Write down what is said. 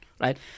right